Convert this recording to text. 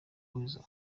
weasel